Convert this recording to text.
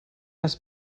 has